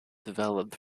developed